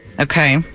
Okay